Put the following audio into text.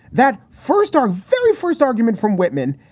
that first our very first argument from whitman,